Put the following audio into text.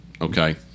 Okay